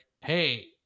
hey